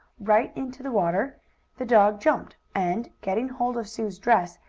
right into the water the dog jumped, and, getting hold of sue's dress,